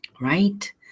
Right